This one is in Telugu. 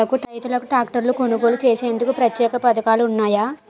రైతులకు ట్రాక్టర్లు కొనుగోలు చేసేందుకు ప్రత్యేక పథకాలు ఉన్నాయా?